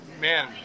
man